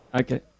Okay